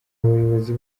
abayobozi